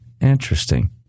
Interesting